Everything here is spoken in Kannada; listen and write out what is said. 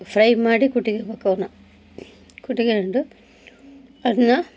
ಫ್ರೈ ಮಾಡಿ ಕುಟ್ಕೊಳ್ಬೇಕು ಅವನ್ನ ಕುಟ್ಕೊಂಡು ಅದನ್ನು